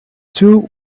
two